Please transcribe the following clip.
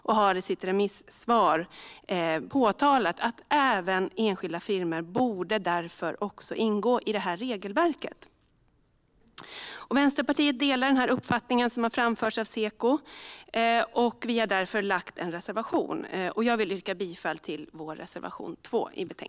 Man har i sitt remissvar påpekat att även enskilda firmor därför borde ingå i detta regelverk. Vänsterpartiet delar Sekos uppfattning och har därför lämnat en reservation. Jag yrkar bifall till denna reservation, nr 2.